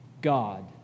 God